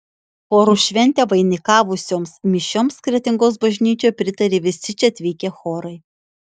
chorų šventę vainikavusioms mišioms kretingos bažnyčioje pritarė visi čia atvykę chorai